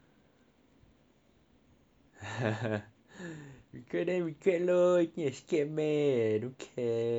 regret then regret loh think I scared meh I don't care